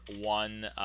one